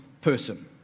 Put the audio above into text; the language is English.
person